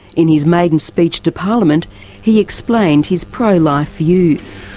in his maiden speech to parliament he explained his pro-life views.